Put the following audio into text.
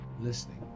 listening